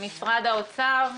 משרד האוצר.